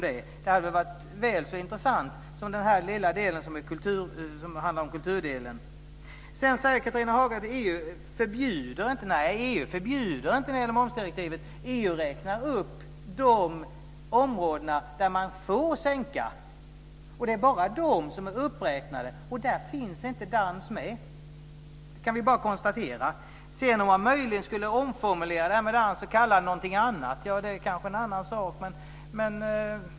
Det hade varit väl så intressant, som den här lilla delen som handlar om kultur. Sedan säger Catharina Hagen att EU inte förbjuder momssänkningar. Nej, det är inte förbjudet i EU direktivet. EU räknar upp de områden där man får sänka, och det gäller bara de som är uppräknade. Där finns inte dans med - det kan vi bara konstatera. Om man sedan möjligen skulle omformulera detta med dans och kalla det någonting annat är det en annan sak.